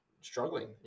struggling